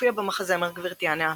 והופיע במחזמר גברתי הנאווה.